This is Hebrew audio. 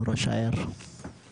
לראש העיר אילת.